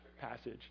passage